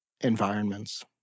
environments